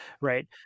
right